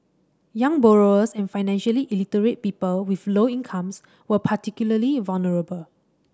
young borrowers and financially illiterate people with low incomes were particularly vulnerable